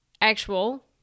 actual